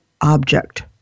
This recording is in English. object